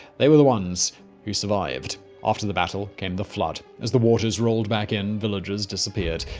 they were the ones who survived. after the battle came the flood. as the waters rolled back in, villages disappeared.